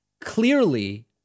clearly